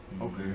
Okay